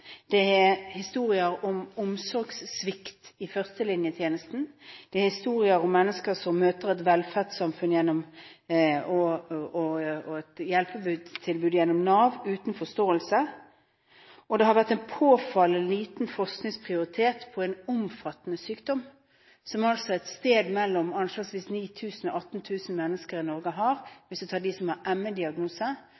Det er historier om arroganse i helsevesenet, det er historier om omsorgssvikt i førstelinjetjenesten, og det er historier om mennesker som møter et velferdssamfunn og et hjelpetilbud gjennom Nav uten forståelse. Det har vært påfallende lite forskningsprioritering på en omfattende sykdom, som anslagsvis 9 000–18 000 mennesker i Norge har,